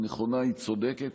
היא נכונה והיא צודקת,